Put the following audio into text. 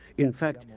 in fact,